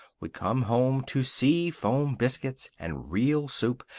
would come home to sea-foam biscuits, and real soup,